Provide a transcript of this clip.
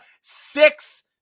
six